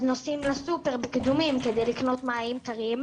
אז נוסעים לסופר בקדומים, כדי לקנות מים קרים.